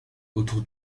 autour